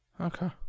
Okay